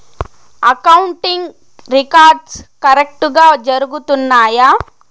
accounting records కరెక్టుగా జరుగుతున్నాయా